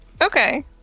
okay